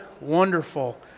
wonderful